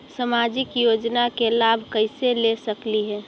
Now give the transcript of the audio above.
सामाजिक योजना के लाभ कैसे ले सकली हे?